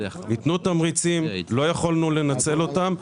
יתנו תמריצים, לא יכולנו לנצל אותם.